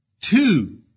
Two